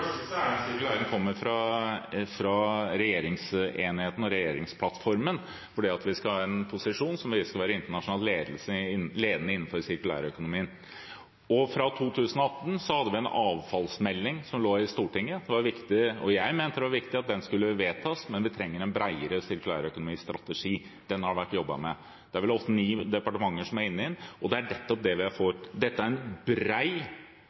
kommer fra regjeringsenheten og regjeringsplattformen, for vi skal ha en posisjon der vi skal være internasjonalt ledende innenfor sirkulærøkonomi. I 2018 hadde vi en avfallsmelding som lå i Stortinget. Den var viktig, og jeg mente det var viktig at den skulle vedtas, men vi trengte en bredere strategi for sirkulærøkonomi. Den har det vært jobbet med – det er vel åtte–ni departementer som er inne i den – og det er nettopp det vi har fått. Dette er en